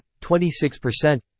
26%